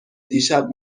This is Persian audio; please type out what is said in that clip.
دیشب